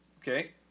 Okay